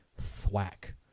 thwack